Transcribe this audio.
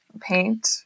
paint